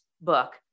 book